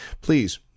please